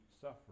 suffer